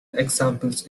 examples